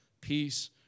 peace